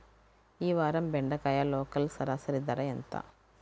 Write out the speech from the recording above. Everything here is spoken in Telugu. ఈ వారం బెండకాయ లోకల్ సరాసరి ధర ఎంత?